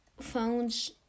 phones